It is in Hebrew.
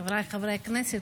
חבריי חברי הכנסת,